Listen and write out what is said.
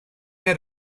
had